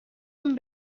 een